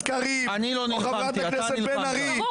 קריב או חברת הכנסת בן ארי שהגעתם -- לא,